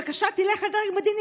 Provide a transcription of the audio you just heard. בבקשה, תלך לדרג מדיני.